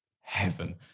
heaven